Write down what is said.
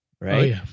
Right